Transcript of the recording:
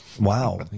Wow